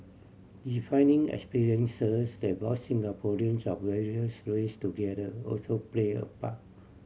defining experiences that brought Singaporeans of various race together also play a part